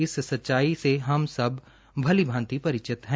इस सच्चाई से हम सब भली भांति परिचित हैं